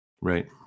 Right